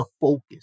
focus